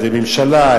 על-ידי ממשלה,